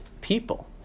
people